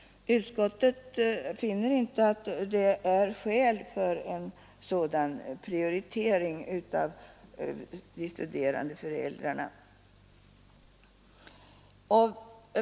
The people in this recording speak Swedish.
Utskottet finner inte skäl för en sådan prioritering av de studerande föräldrarna.